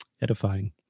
edifying